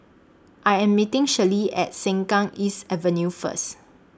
I Am meeting Shirlene At Sengkang East Avenue First